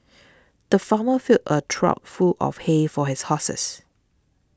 the farmer filled a trough full of hay for his horses